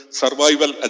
survival